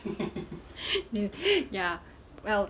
ya well